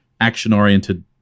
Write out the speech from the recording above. action-oriented